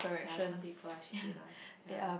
yea some people are shitty lah yea